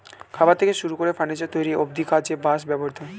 খাবার থেকে শুরু করে ফার্নিচার তৈরি অব্ধি কাজে বাঁশ ব্যবহৃত হয়